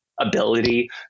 ability